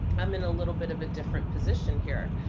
i'm in a little bit of a different position here.